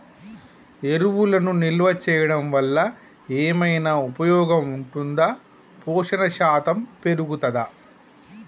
ఎరువులను నిల్వ చేయడం వల్ల ఏమైనా ఉపయోగం ఉంటుందా పోషణ శాతం పెరుగుతదా?